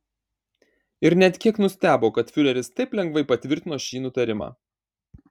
ir net kiek nustebo kad fiureris taip lengvai patvirtino šį nutarimą